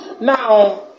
Now